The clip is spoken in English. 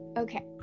Okay